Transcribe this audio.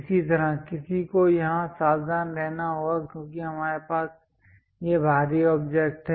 इसी तरह किसी को यहां सावधान रहना होगा क्योंकि हमारे पास यह बाहरी ऑब्जेक्ट है